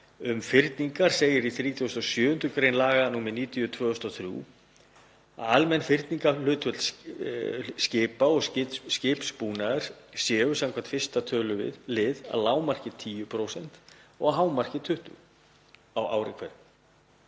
Um fyrningar segir í 37. gr. laga nr. 90/2003 að almenn fyrningarhlutföll skipa og skipsbúnaðar séu samkvæmt 1. tölulið að lágmarki 10% og hámarkið 20% á ári hverju.